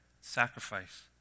sacrifice